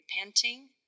repenting